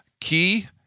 key